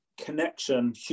connection